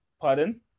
Pardon